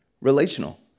relational